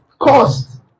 cost